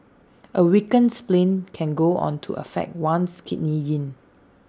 A weakened spleen can go on to affect one's Kidney Yin